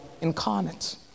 incarnate